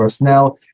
now